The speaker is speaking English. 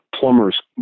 plumber's